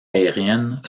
aériennes